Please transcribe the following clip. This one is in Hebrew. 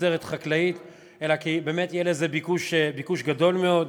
תוצרת חקלאית כי באמת יהיה לזה ביקוש גדול מאוד.